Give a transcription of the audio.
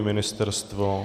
Ministerstvo?